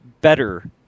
better